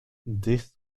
this